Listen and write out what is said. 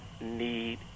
need